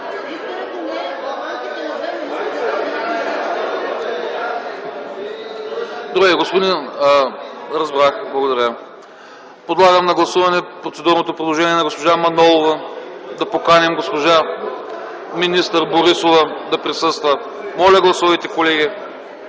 Добре, подлагам на гласуване процедурното предложение на госпожа Манолова да поканим госпожа министър Борисова да присъства. Моля, гласувайте, колеги.